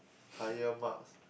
tyre marks